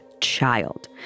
child